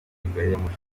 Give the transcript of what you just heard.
gariyamoshi